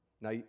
Now